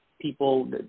people